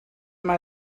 mij